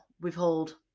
withhold